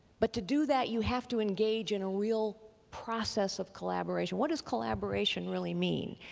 but to do that you have to engage in a real process of collaboration. what is collaboration really mean?